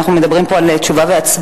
נמשיך לרדת.